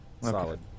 Solid